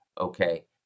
okay